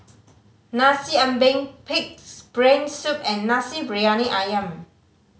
Nasi Ambeng Pig's Brain Soup and Nasi Briyani Ayam